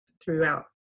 throughout